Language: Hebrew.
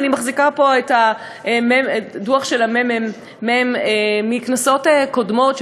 אני מחזיקה פה את הדוח של הממ"מ מכנסות קודמות,